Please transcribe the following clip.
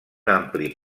ampli